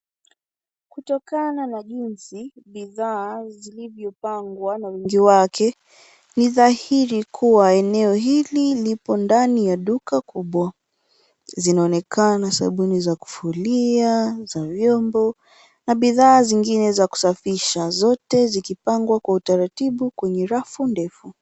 Kutokana na jinsi bidhaa zilivyopangwa na wingi wake, ni dhahiri kuwa eneo hili liko ndani ya duka kubwa. Zinaonekana sabuni za kufulia, za vyombo na bidhaa zingine za kusafisha zote zikipangwa kwa utaratibu kwenye rafu ndefu.